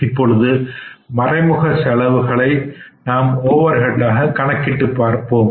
இப்பொழுது மறைமுக செலவுகளை நாம் ஓவர் ஹெட்டாக கணக்கிட்டு பார்ப்போம்